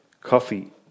Coffee